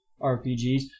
RPGs